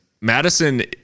Madison